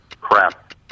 Crap